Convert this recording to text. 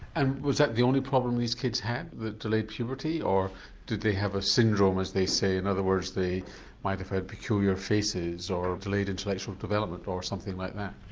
and was that the only problem these kids had, delayed puberty or did they have a syndrome as they say, in other words they might have had peculiar faces, or delayed intellectual development, or something like that?